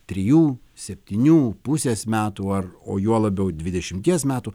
trijų septynių pusės metų ar o juo labiau dvidešimties metų